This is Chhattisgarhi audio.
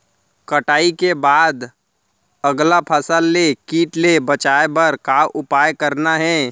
कटाई के बाद अगला फसल ले किट ले बचाए बर का उपाय करना हे?